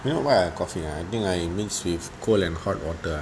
you know why I coughing I think I mix with cold and hot water